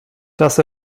das